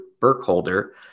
Burkholder